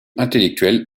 intellectuel